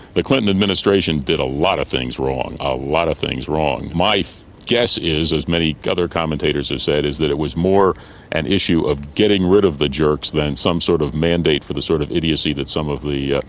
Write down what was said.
the clinton administration did a lot of things wrong, a lot of things wrong. my guess is, as many other commentators have said, is that it was more an issue of getting rid of the jerks than some sort of mandate for the sort of idiocy that some of the,